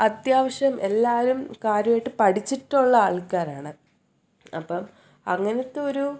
അത്യാവശ്യം എല്ലാവരും കാര്യമായിട്ട് പഠിച്ചിട്ടുള്ള ആൾക്കാരാണ് അപ്പം അങ്ങനത്തെ ഒരു